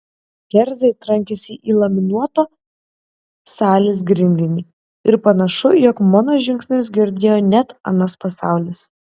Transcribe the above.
kerzai trankėsi į laminuotą salės grindinį ir panašu jog mano žingsnius girdėjo net anas pasaulis